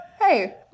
hey